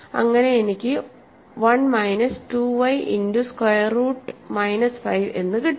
അങ്ങിനെ എനിക്ക് 1 minus 2 y into square root minus 5 എന്ന് കിട്ടും